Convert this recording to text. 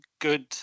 good